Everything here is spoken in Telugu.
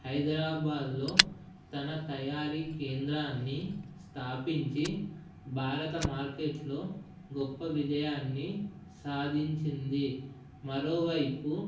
హైదరాబాద్లో తన తయారీ కేంద్రాన్ని స్తాపించి భారత మార్కెట్లో గొప్ప విజయాన్ని సాధించింది మరోవైపు